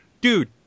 Dude